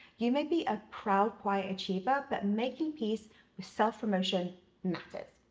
you may be a proud, quiet achiever, but making peace with self-promotion matters.